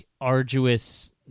arduous